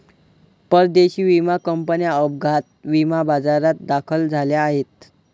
परदेशी विमा कंपन्या अपघात विमा बाजारात दाखल झाल्या आहेत